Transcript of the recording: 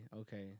okay